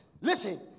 Listen